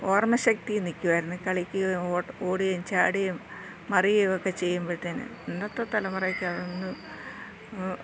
ഓർമ്മ ശക്തി നിൽക്കുമായിരുന്നു കളിക്കുകയും ഓടുകയും ചാടുകയും മറിയുകയൊക്കെ ചെയ്യുമ്പോൾ തന്നെ ഇന്നത്തെ തലമുറക്ക് അതൊന്നും